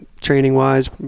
training-wise